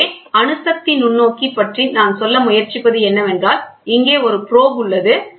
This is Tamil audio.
எனவே அணுசக்தி நுண்ணோக்கி பற்றி நான் சொல்ல முயற்சிப்பது என்னவென்றால் இங்கே ஒரு ப்ரோப் உள்ளது